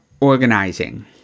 organizing